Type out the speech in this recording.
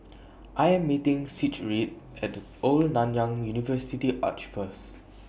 I Am meeting Sigrid At The Old Nanyang University Arch First